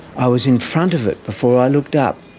i was in front of it before i looked up.